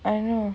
I know